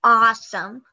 awesome